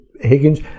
Higgins